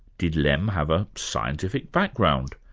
did lem have a scientific background?